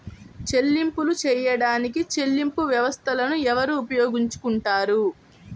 చెల్లింపులు చేయడానికి చెల్లింపు వ్యవస్థలను ఎవరు ఉపయోగించుకొంటారు?